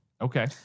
Okay